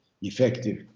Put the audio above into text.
effective